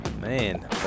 man